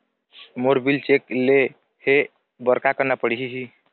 मोला bill check ले हे बर का करना पड़ही ही?